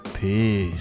Peace